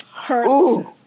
Hurts